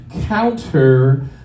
counter